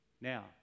Now